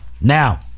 Now